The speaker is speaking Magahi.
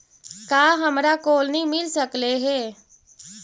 का हमरा कोलनी मिल सकले हे?